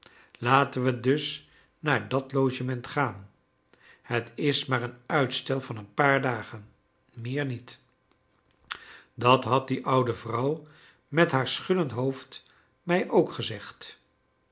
logement gaan het is maar een uitstel van een paar dagen meer niet dat had die oude vrouw met haar schuddend hoofd mij ook gezegd